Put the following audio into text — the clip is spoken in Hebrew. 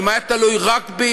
אילו היה תלוי רק בי,